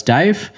Dave